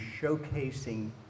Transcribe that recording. showcasing